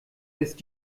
ist